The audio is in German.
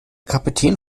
kapitän